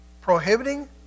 Prohibiting